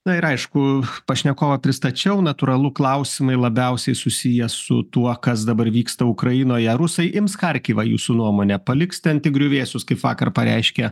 na ir aišku pašnekovą pristačiau natūralu klausimai labiausiai susiję su tuo kas dabar vyksta ukrainoje rusai ims charkivą jūsų nuomone paliks ten tik griuvėsius kaip vakar pareiškė